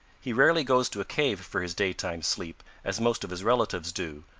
he rarely goes to a cave for his daytime sleep, as most of his relatives do,